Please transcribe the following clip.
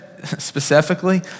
specifically